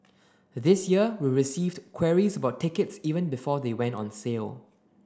this year we received queries about tickets even before they went on sale